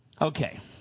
Okay